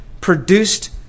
produced